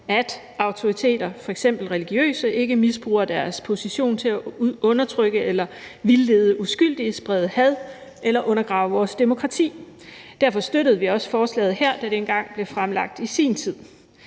at autoriteter, f.eks. religiøse autoriteter, ikke misbruger deres position til at undertrykke eller vildlede uskyldige, sprede had eller undergrave vores demokrati. Derfor støttede vi også forslaget her, da det i sin tid blev fremsat. Det